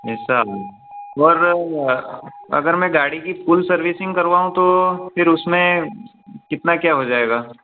ऐसा और अगर मैं गाड़ी की फुल सर्विसिंग करवाऊँ तो फिर उसमें कितना क्या हो जाएगा